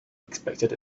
expected